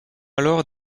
alors